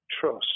trust